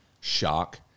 shock